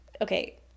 okay